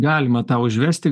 galima tą užvesti